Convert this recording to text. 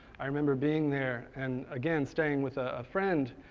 i remember being there and, again staying with a friend.